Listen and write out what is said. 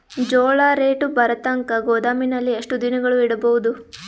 ಜೋಳ ರೇಟು ಬರತಂಕ ಗೋದಾಮಿನಲ್ಲಿ ಎಷ್ಟು ದಿನಗಳು ಯಿಡಬಹುದು?